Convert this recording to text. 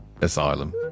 asylum